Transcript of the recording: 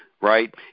right